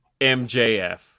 mjf